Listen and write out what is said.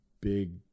big